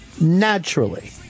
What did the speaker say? naturally